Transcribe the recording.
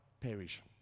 perish